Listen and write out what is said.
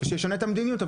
שישנה את המדיניות.